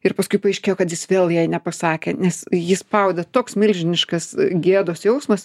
ir paskui paaiškėjo kad jis vėl jai nepasakė nes jį spaudė toks milžiniškas gėdos jausmas